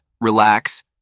relax